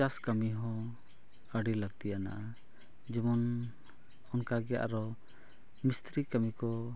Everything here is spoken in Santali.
ᱪᱟᱥ ᱠᱟᱹᱢᱤ ᱦᱚᱸ ᱟᱹᱰᱤ ᱞᱟᱹᱠᱛᱤᱭᱟᱱᱟ ᱡᱮᱢᱚᱱ ᱚᱱᱠᱟ ᱜᱮ ᱟᱨᱚ ᱢᱤᱥᱛᱨᱤ ᱠᱟᱹᱢᱤ ᱠᱚ